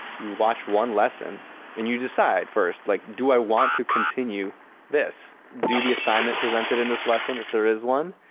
you watch one lesson and you decide first like, do i want to continue this? do the assignment presented in this lesson if there is one.